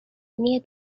near